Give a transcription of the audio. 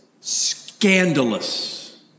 scandalous